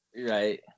Right